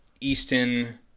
Easton